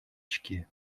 очки